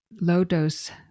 low-dose